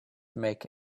make